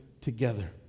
together